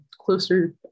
closer